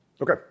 Okay